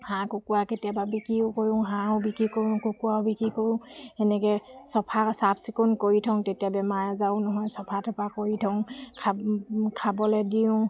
হাঁহ কুকুৰা কেতিয়াবা বিক্ৰীয়ো কৰোঁ হাঁহো বিক্ৰী কৰো কুকুৰাও বিক্ৰী কৰোঁ সেনেকৈ চফা চাফ চিকুণ কৰি থওঁ তেতিয়া বেমাৰ আজাৰো নহয় চফা তফা কৰি থওঁ খা খাবলৈ দিওঁ